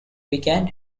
began